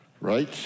right